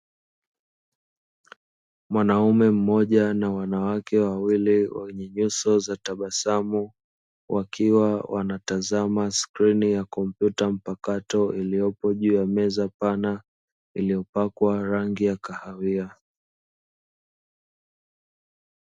Mwanaume mmoja na wanawake wawili wenye nyuso za tabasamu wakiwa wanatazama skrini ya kompyuta mpakato iliyopo juu ya meza pana iliyopakwa rangi ya kahawia